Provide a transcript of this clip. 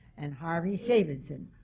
and harvey sabinson,